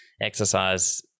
exercise